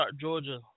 Georgia